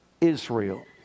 Israel